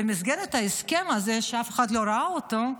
שבמסגרת ההסכם הזה, שאף אחד לא ראה אותו,